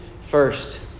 First